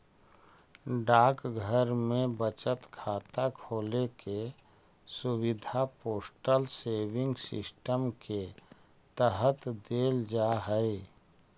डाकघर में बचत खाता खोले के सुविधा पोस्टल सेविंग सिस्टम के तहत देल जा हइ